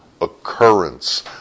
occurrence